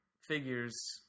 figures